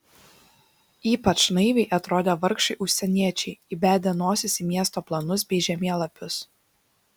ypač naiviai atrodė vargšai užsieniečiai įbedę nosis į miesto planus bei žemėlapius